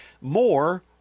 more